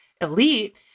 elite